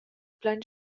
plein